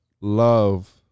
love